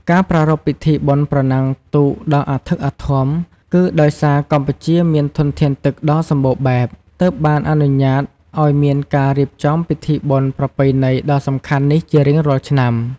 ការប្រារព្ធពិធីបុណ្យប្រណាំងទូកដ៏អធិកអធមគឺដោយសារកម្ពុជាមានធនធានទឹកដ៏សម្បូរបែប ទើបបានអនុញ្ញាតឱ្យមានការរៀបចំពិធីបុណ្យប្រពៃណីដ៏សំខាន់នេះជារៀងរាល់ឆ្នាំ។